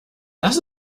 das